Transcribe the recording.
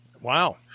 Wow